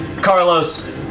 Carlos